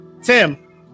Tim